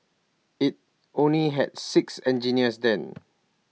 IT only had six engineers then